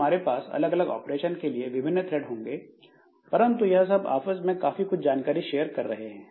हमारे पास अलग अलग ऑपरेशन के लिए विभिन्न थ्रेड होंगे परंतु यह सब आपस में काफी कुछ जानकारी शेयर कर रहे हैं